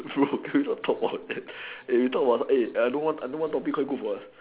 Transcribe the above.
bro can you don't talk about hey you talk about no one no more topic quite good for her